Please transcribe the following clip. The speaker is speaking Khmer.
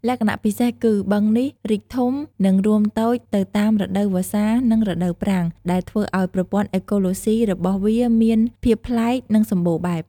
លក្ខណៈពិសេសគឺ បឹងនេះរីកធំ និងរួមតូចទៅតាមរដូវវស្សា និងរដូវប្រាំង ដែលធ្វើឲ្យប្រព័ន្ធអេកូឡូស៊ីរបស់វាមានភាពប្លែក និងសម្បូរបែប។